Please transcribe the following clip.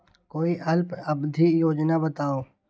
कोई अल्प अवधि योजना बताऊ?